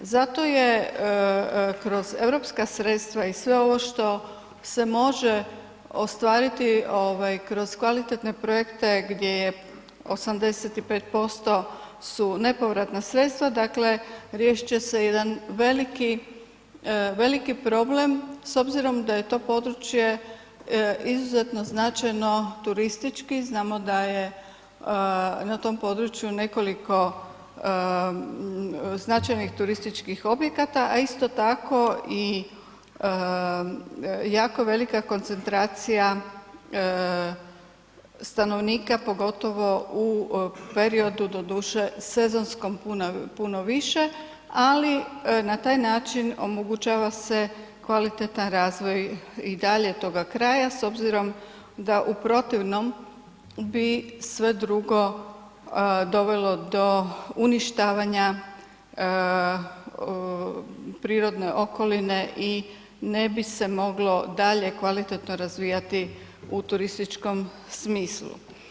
Zato je kroz europska sredstva i sve ovo što se može ostvariti kroz kvalitetne projekte gdje je 85% su nepovratna sredstva, dakle riješit će se jedan veliki problem s obzirom da je to područje izuzetno značajno turistički, znamo da je na tom području nekoliko značajnih turističkih objekata a isto tako i jako velika koncentracija stanovnika pogotovo u periodu doduše sezonskom, puno više ali na taj način omogućava se kvalitetan razvoj i dalje toga kraja s obzirom da u protivnom bi sve drugo dovelo do uništavanja prirodne okoline i ne bi se moglo dalje kvalitetno razvijati u turističkom smislu.